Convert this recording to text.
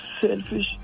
selfish